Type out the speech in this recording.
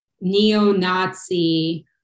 neo-nazi